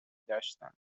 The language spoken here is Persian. داشتن